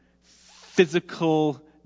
physical